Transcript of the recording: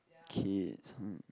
kids hmm